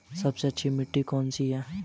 सबसे अच्छी मिट्टी कौन सी है?